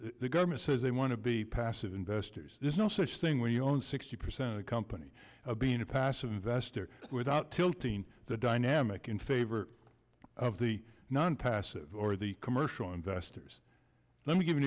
the government says they want to be passive investors there's no such thing when you own sixty percent of the company in a passive investor without tilting the dynamic in favor of the non passive or the commercial investors let me give an